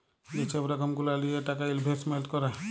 যে ছব রকম গুলা লিঁয়ে টাকা ইলভেস্টমেল্ট ক্যরে